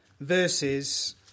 verses